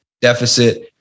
deficit